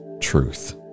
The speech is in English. truth